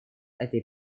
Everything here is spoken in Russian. этой